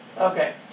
Okay